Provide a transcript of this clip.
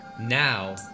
Now